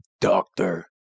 Doctor